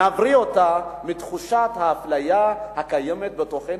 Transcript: נבריא אותה מתחושת האפליה הקיימת בתוכנו.